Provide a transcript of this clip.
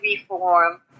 reform